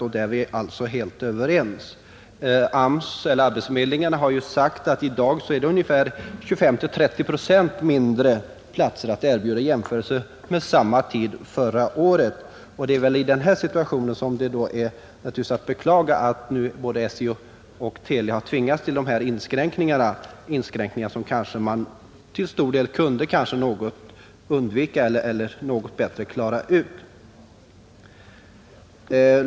Där är vi alltså helt överens, Arbetsförmedlingarna har ju sagt att de i dag har 25—30 procent färre platser att erbjuda än vid samma tid förra året, och det är naturligtvis i denna situation att beklaga att både SJ och televerket har tvingats till dessa inskränkningar, som man där kanske till stor del kunde komma till rätta med på ett bättre sätt.